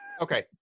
Okay